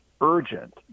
urgent